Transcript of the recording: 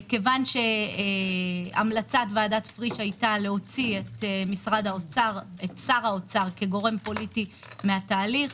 כיוון שהמלצת ועדת פריש היתה להוציא את שר האוצר כגורם פוליטי מהתהליך,